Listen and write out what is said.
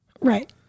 right